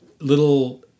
little